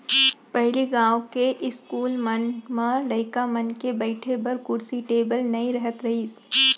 पहिली गॉंव के इस्कूल मन म लइका मन के बइठे बर कुरसी टेबिल नइ रहत रहिस